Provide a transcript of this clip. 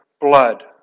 blood